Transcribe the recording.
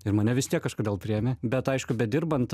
ir mane vis tiek kažkodėl priėmė bet aišku bedirbant